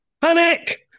Panic